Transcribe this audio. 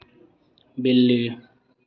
बिल्ली